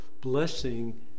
blessing